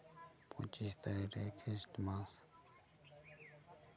ᱯᱚᱸᱪᱤᱥ ᱛᱟᱨᱤᱠᱷ ᱨᱮ ᱠᱨᱤᱥᱴ ᱢᱟᱥ